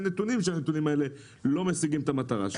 נתונים שההתקנים האלה לא משיגים את המטרה,